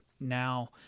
now